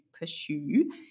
pursue